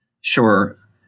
Sure